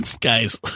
guys